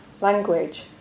language